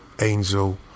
angel